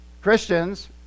Christians